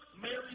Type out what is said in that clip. Mary